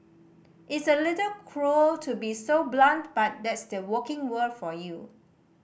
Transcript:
it's a little cruel to be so blunt but that's the working world for you